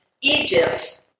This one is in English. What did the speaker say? Egypt